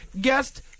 Guest